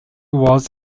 was